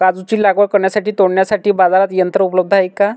काजूची लागवड करण्यासाठी व तोडण्यासाठी बाजारात यंत्र उपलब्ध आहे का?